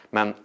Men